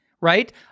right